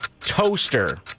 toaster